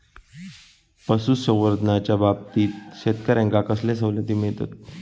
पशुसंवर्धनाच्याबाबतीत शेतकऱ्यांका कसले सवलती मिळतत?